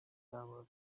tower